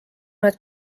need